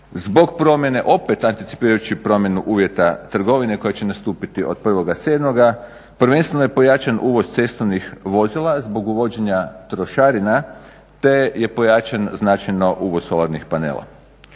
zbog promjene opet anticipirajuće promjene uvjeta trgovine koja će nastupiti od 1.07., prvenstveno je pojačan uvoz cestovnih vozila zbog uvođenja trošarina te je pojačan značajno uvoz solarnih panela.